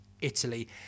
Italy